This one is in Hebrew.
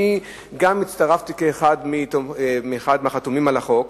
גם אני הצטרפתי כאחד מהחתומים על החוק,